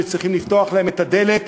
שצריכים לפתוח להם את הדלת,